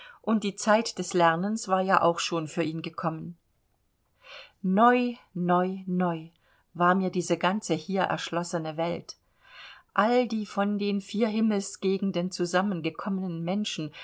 und die zeit des lernens war ja auch schon für ihn gekommen neu neu neu war mir diese ganze hier erschlossene welt all die von den vier himmelsgegenden zusammengekommenen menschen